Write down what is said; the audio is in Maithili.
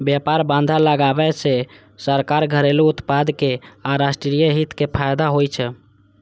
व्यापार बाधा लगाबै सं सरकार, घरेलू उत्पादक आ राष्ट्रीय हित कें फायदा होइ छै